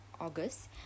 August